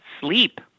sleep